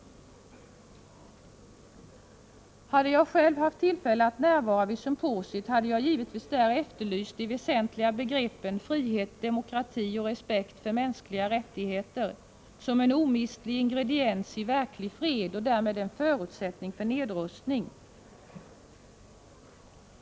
Om jag själv hade haft tillfälle att närvara vid symposiet hade jag givetvis där efterlyst de väsentliga begreppen frihet, demokrati och respekt för mänskliga rättigheter som en omistlig ingrediens i verklig fred och därmed en förutsättning för nedrustning.